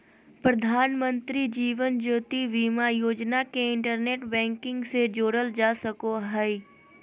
प्रधानमंत्री जीवन ज्योति बीमा योजना के इंटरनेट बैंकिंग से जोड़ल जा सको हय